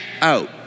out